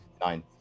Nine